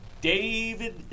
David